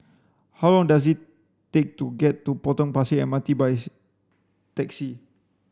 how long does it take to get to Potong Pasir M R T by taxi